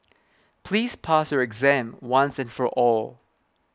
please pass your exam once and for all